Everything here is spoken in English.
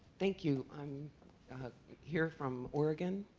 thank you. i'm here from oregon,